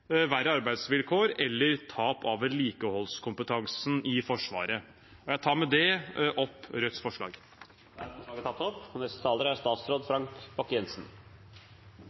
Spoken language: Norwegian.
verre arbeidsvilkår eller tap av vedlikeholdskompetanse i Forsvaret. Jeg tar med det opp Rødts forslag. Representanten Bjørnar Moxnes har tatt opp det forslaget han refererte til. Nei, dette er